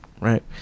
right